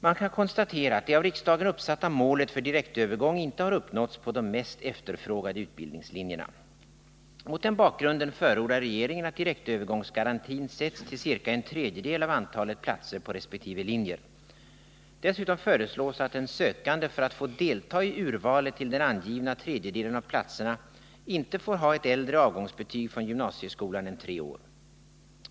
Man kan konstatera att det av riksdagen uppsatta målet för direktövergång inte har uppnåtts på de mest efterfrågade utbildningslinjerna. Mot den bakgrunden förordrar regeringen att direktövergångsgarantin sätts till ca en tredjedel av antalet platser på resp. linjer. Dessutom föreslås att en sökande för att få delta i urvalet till den angivna tredjedelen av platserna inte får ha ett äldre avgångsbetyg från gymnasieskolan än tre år.